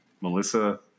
Melissa